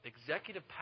executive